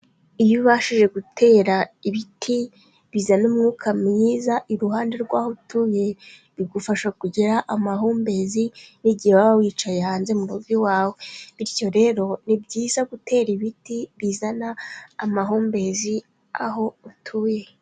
Iyo ubashije gutera ibiti bizana umwuka mwiza iruhande rw'aho utuye, bigufasha kugera amahumbezi n'igihe waba wicaye hanze mu rugo iwawe, bityo rero ni byiza gutera ibiti bizana amahumbezi aho utuye.